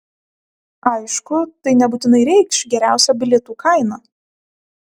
aišku tai nebūtinai reikš geriausią bilietų kainą